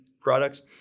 products